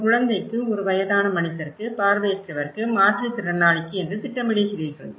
ஒரு குழந்தைக்கு ஒரு வயதான மனிதருக்கு பார்வையற்றவருக்கு மாற்றுத்திறனாளிக்கு என்று திட்டமிடுகிறீர்கள்